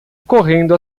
correndo